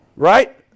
Right